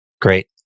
Great